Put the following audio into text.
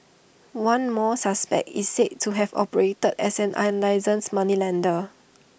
one more suspect is said to have operated as an unlicensed moneylender